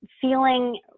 feeling